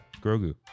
Grogu